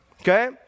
Okay